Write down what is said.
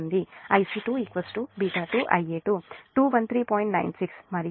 96 మరియు ఈ ∟162